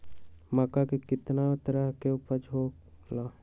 मक्का के कितना तरह के उपज हो ला?